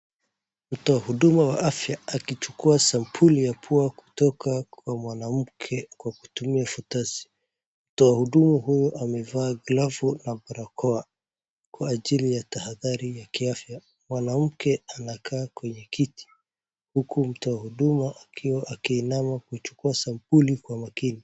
Mtoa huduma wa afya akichukua sampuli ya pua kutoka kwa mwanamke kwa kutumia futasi. Mtoa huduma huyu amevaa glavu na barakoa kwa ajili ya tahadhari ya kiafya. Mwanamke anakaa kwenye kiti huku mtoa huduma akiinama kuchukua sampuli kwa makini.